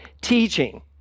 teaching